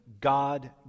God